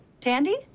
Tandy